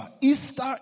Easter